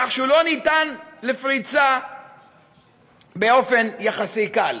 כך שהוא לא ניתן לפריצה בקלות יחסית.